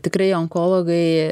tikrai onkologai